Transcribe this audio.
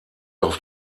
auf